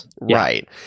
Right